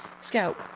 Scout